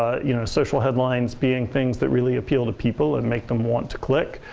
ah you know social headlines being things that really appeal to people and make them want to click.